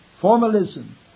Formalism